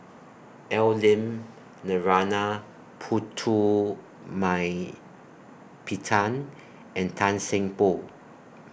Al Lim Narana Putumaippittan and Tan Seng Poh